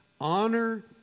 Honor